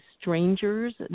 strangers